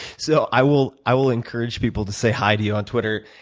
so i will i will encourage people to say hi to you on twitter.